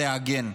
לעגן,